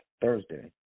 Thursday